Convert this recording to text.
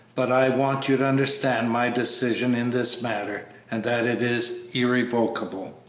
but i want you to understand my decision in this matter, and that it is irrevocable.